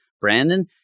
Brandon